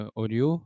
audio